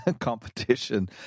competition